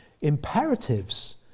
Imperatives